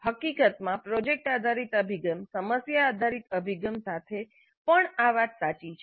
હકીકતમાં પ્રોજેક્ટ આધારીત અભિગમ સમસ્યા આધારિત અભિગમ સાથે પણ આ વાત સાચી છે